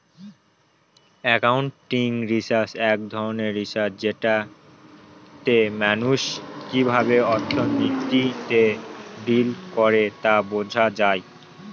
accounting research এক ধরনের research যেটাতে মানুষ কিভাবে অর্থনীতিতে ডিল করে তা বোঝা যায়